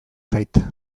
zait